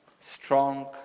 strong